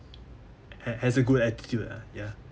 ha~ has a good attitude lah ya